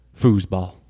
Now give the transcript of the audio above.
foosball